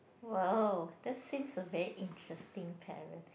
!wow! that seems a very interesting parent